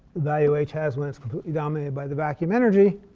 value h has when it's completely dominated by the vacuum energy.